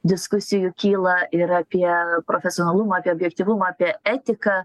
diskusijų kyla ir apie profesionalumą apie objektyvumą apie etiką